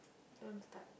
don't start